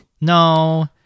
No